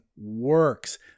works